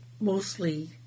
mostly